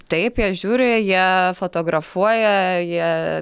taip jie žiūri jie fotografuoja jie